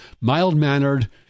mild-mannered